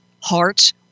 hearts